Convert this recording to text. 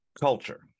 culture